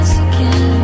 again